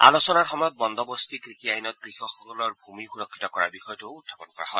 আলোচনাৰ সময়ত বন্দবন্তী কৃষি আইনত কৃষকসকলৰ ভূমি সুৰক্ষিত কৰাৰ বিষয়টোও উখাপন কৰা হয়